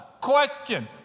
Question